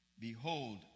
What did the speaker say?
Behold